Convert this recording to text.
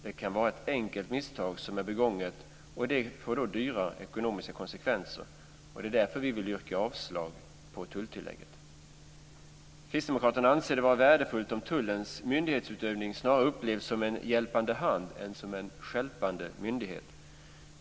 Det kan vara ett enkelt misstag som är begånget, och det får då stora ekonomiska konsekvenser. Därför vill vi yrka avslag vad gäller tulltillägget. Kristdemokraterna anser det vara värdefullt om tullen snarare upplevs som en hjälpande hand än som en stjälpande myndighet.